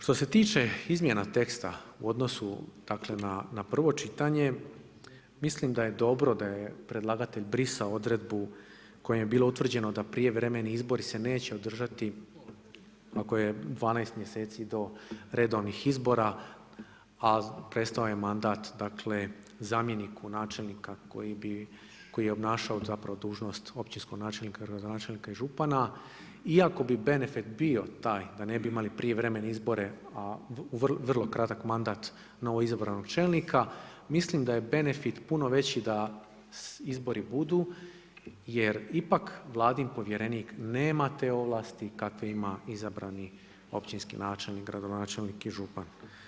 Što se tiče izmjena teksta u odnosu, dakle na prvo čitanje mislim da je dobro da je predlagatelj brisao odredbu kojom je bilo utvrđeno da prijevremeni izbori se neće održati ako je 12 mjeseci do redovnih izbora a prestao je mandat dakle zamjeniku načelnika koji bi, koji je obnašao zapravo dužnost općinskog načelnika, gradonačelnika i župana iako bi benefit bio taj da ne bi imali prijevremene izbore a vrlo kratak mandat novo izabranog čelnika, mislim da je benefit puno veći da izbori budu jer ipak Vladin povjerenik nema te ovlasti kakve ima izabrani općinski načelnik, gradonačelnik i župan.